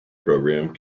program